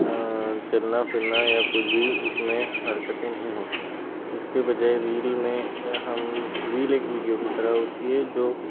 चलना फिरना या कुछ भी उसमें हरकतें नहीं होती हैं इसकी वजह रील में हम रील एक वीडियो की तरह होती है जो